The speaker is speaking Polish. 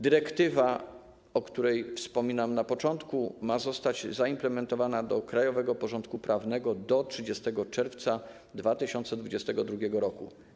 Dyrektywa, o której wspominam na początku, ma zostać zaimplementowana do krajowego porządku prawnego do 30 czerwca 2022 r.